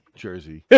jersey